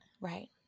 Right